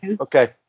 Okay